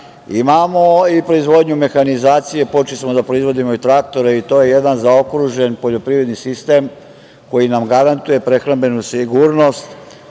imamo i proizvodnju mehanizacije. Počeli smo da proizvodimo i traktore, i to je jedan zaokružen poljoprivredni sistem koji nam garantuje prehrambenu sigurnost